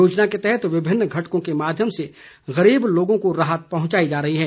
योजना के तहत विभिन्न घटकों के माध्यम से गरीब लोगों को राहत पहुंचाई जा रही है